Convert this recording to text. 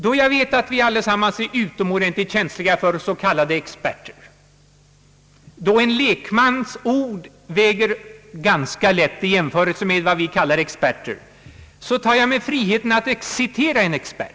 Då jag vet att vi allesammans är utomordentligt känsliga för vad experter säger och då en lekmans ord väger ganska lätt i jämförelse med experters, tar jag mig friheten att citera en expert.